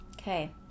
okay